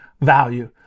value